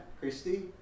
Christy